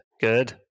good